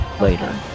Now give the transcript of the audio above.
later